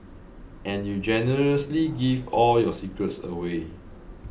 and you generously give all your secrets away